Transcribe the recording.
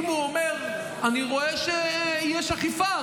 אם הוא אומר: אני רואה שיש אכיפה,